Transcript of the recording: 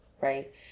right